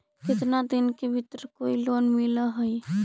केतना दिन के भीतर कोइ लोन मिल हइ?